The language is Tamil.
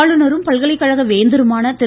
ஆளுநரும் பல்கலைக்கழக வேந்தருமான திரு